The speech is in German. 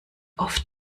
oft